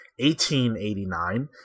1889